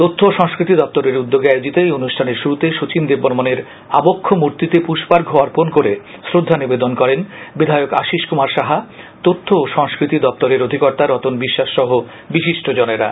তথ্য ও সংস্কৃতি দপ্তরের উদ্যোগে আয়োজিত এই অনুষ্ঠানের শুরুতে শচীন দেববর্মণের আবক্ষ মূর্তিতে পুষ্পার্ঘ্য অর্পণ করে শ্রদ্ধা নিবেদন করেন বিধায়ক আশীষ কুমার সাহা তথ্য ও সংস্কৃতি দপ্তরের অধিকর্তা রতন বিশ্বাস সহ বিশিষ্টজনেরা